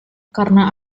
karena